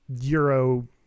Euro